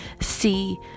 see